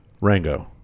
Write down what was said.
Rango